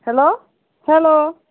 hello hello